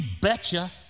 betcha